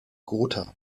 gotha